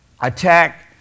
attack